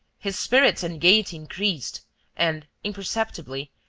his spirits and gaiety increased and, imperceptibly,